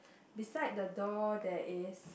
beside the door there is